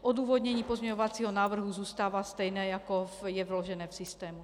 Odůvodnění pozměňovacího návrhu zůstává stejné, jako je vložené v systému.